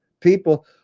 people